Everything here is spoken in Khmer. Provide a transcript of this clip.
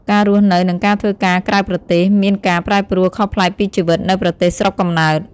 ការរស់នៅ និងការធ្វើការក្រៅប្រទេសមានការប្រែប្រួលខុសប្លែកពីជីវិតនៅប្រទេសស្រុកកំណើត។